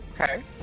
Okay